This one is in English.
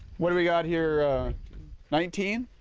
what've we got here nineteen.